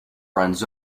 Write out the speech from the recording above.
runs